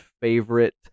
favorite